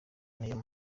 niyo